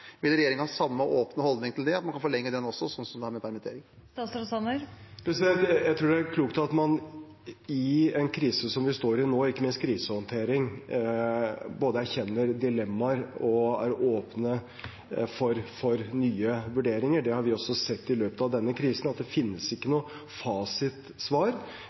Vil regjeringen ha samme åpne holdning til det, at man kan forlenge den også, sånn som det er med permitteringer? Jeg tror det er klokt at man i en krise som vi står i nå, ikke minst i krisehåndteringen, både erkjenner dilemmaer og er åpne for nye vurderinger. Det har vi også sett i løpet av denne krisen, det finnes ikke